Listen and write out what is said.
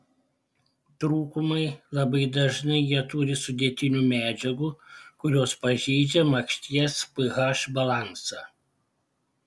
trūkumai labai dažnai jie turi sudėtinių medžiagų kurios pažeidžia makšties ph balansą